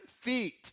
feet